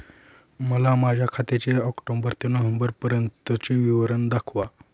मला माझ्या खात्याचे ऑक्टोबर ते नोव्हेंबर पर्यंतचे विवरण दाखवा